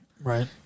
Right